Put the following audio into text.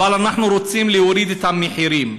אבל אנחנו רוצים להוריד את המחירים.